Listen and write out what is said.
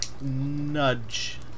Nudge